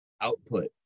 output